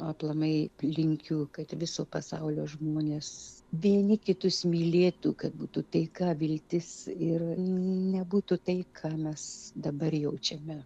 aplamai linkiu kad viso pasaulio žmonės vieni kitus mylėtų kad būtų taika viltis ir nebūtų tai ką mes dabar jaučiame